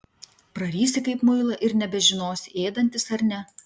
prarysi kaip muilą ir nebežinosi ėdantis ar ne